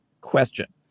Question